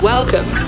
Welcome